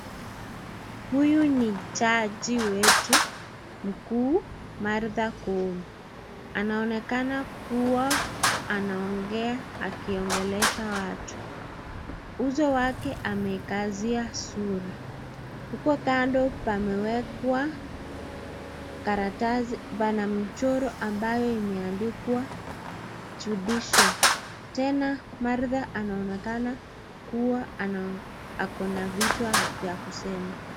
Huyu ni jaji wetu mkuu Martha Koome. Anaonekana kuwa anaongea akiongelesha watu, uso wake amekazia sura. Huko kando pamewekwa karatasi pana mchoro ambayo imeandikwa judicial . Tena Martha anaonekana kuwa akona vitu vya kusema.